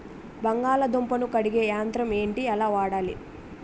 బంగాళదుంప ను కడిగే యంత్రం ఏంటి? ఎలా వాడాలి?